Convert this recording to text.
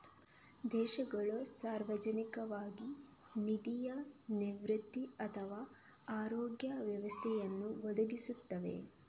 ದೇಶಗಳು ಸಾರ್ವಜನಿಕವಾಗಿ ನಿಧಿಯ ನಿವೃತ್ತಿ ಅಥವಾ ಆರೋಗ್ಯ ವ್ಯವಸ್ಥೆಯನ್ನು ಒದಗಿಸುತ್ತವೆ